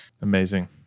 Amazing